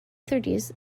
thirties